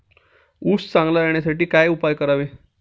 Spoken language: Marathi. ऊस चांगला येण्यासाठी काय उपाय करावे?